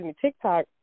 TikTok